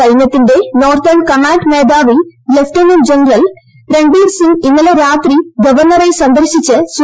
സൈന്യത്തിന്റെ northern command മേധാവി lieutenant general Ranbir Singh ഇന്നലെ രാത്രി ഗവർണ്ണറെ സന്ദർശിച്ച് വിശദീകരിച്ചു